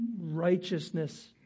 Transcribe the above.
righteousness